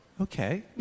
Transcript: Okay